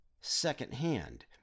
second-hand